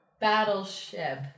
Battleship